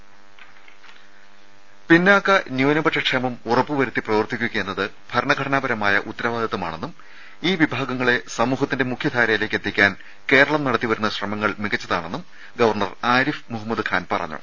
രുട്ട്ട്ട്ട്ട്ട്ട്ട്ട പിന്നാക്ക ന്യൂനപക്ഷ ക്ഷേമം ഉറപ്പുവരുത്തി പ്രവർത്തിക്കുകയെന്നത് ഭരണഘടനാപരമായ ഉത്തരവാദിത്തമാണെന്നും ഈ വിഭാഗങ്ങളെ സമൂഹ ത്തിന്റെ മുഖ്യധാരയിലേക്ക് എത്തിക്കാൻ കേരളം നടത്തിവരുന്ന ശ്രമങ്ങൾ മികച്ചതാണന്നും ഗവർണർ ആരിഫ് മുഹമ്മദ് ഖാൻ പറഞ്ഞു